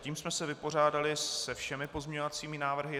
Tím jsme se vypořádali se všemi pozměňovacími návrhy.